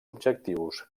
objectius